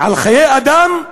על חיי אדם?